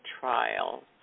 trial